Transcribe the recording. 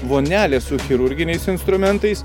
vonelė su chirurginiais instrumentais